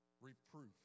Reproof